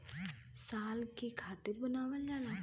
साल के खातिर बनावल जाला